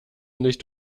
nicht